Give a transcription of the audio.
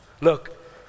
Look